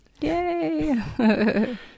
Yay